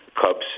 Cubs